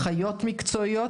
אחיות מקצועיות,